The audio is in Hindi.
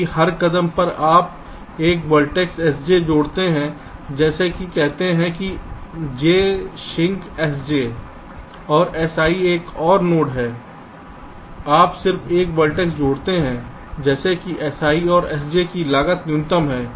कि हर कदम पर आप एक वर्टेक्स sj जोड़ते हैं जैसे कि कहते हैं कि j सिंक sj है और si एक और नोड है आप सिर्फ एक वर्टेक्स जोड़ते हैं जैसे कि si और sj की लागत न्यूनतम है